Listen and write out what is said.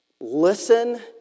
Listen